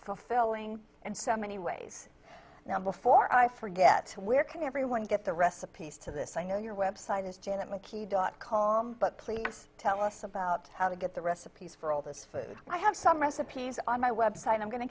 fulfilling and so many ways now before i forget where can everyone get the recipes to this i know your website is janet mckee dot com but please tell us about how to get the recipes for all this food i have some recipes on my website i'm going to